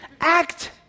Act